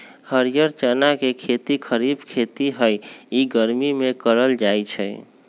हरीयर चना के खेती खरिफ खेती हइ इ गर्मि में करल जाय छै